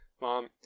mom